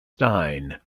stein